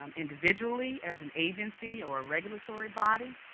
um individually as an agency or regulatory body,